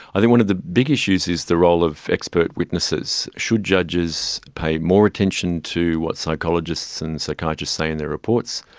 i think one of the big issues is the role of expert witnesses. should judges pay more attention to what psychologists and the psychiatrists say in their reports?